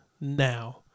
now